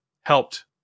helped